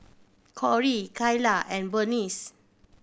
Corie Kyla and Burnice